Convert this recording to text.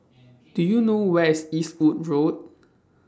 Do YOU know Where IS Eastwood Road